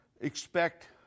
expect